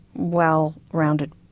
well-rounded